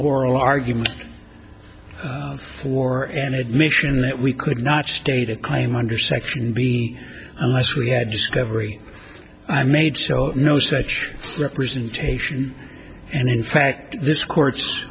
oral argument for an admission that we could not state a crime under section b unless we had discovery i made so no such representation and in fact this court's